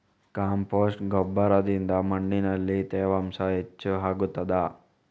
Compost ಗೊಬ್ಬರದಿಂದ ಮಣ್ಣಿನಲ್ಲಿ ತೇವಾಂಶ ಹೆಚ್ಚು ಆಗುತ್ತದಾ?